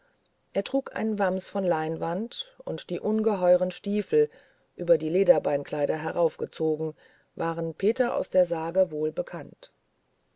er trug ein wams von leinwand und die ungeheuren stiefeln über die lederbeinkleider heraufgezogen waren peter aus der sage